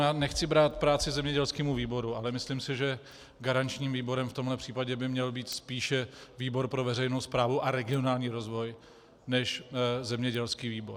Já nechci brát práci zemědělskému výboru, ale myslím si, že garančním výborem v tomto případě by měl být spíše výbor pro veřejnou správu a regionální rozvoj než zemědělský výbor.